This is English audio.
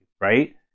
Right